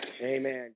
amen